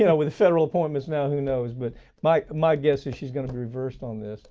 yeah with the federal appointments now, who knows. but my my guess is she's gonna be reversed on this.